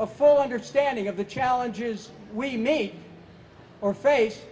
a full understanding of the challenges we meet or face